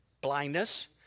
blindness